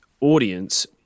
audience